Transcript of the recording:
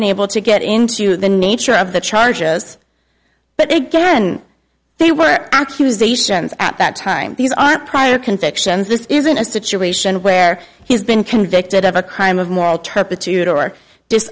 been able to get into the nature of the charges but again they were accusations at that time these aren't prior convictions this isn't a situation where he's been convicted of a crime of moral